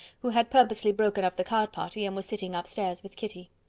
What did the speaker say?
who had purposely broken up the card party, and was sitting up stairs with kitty.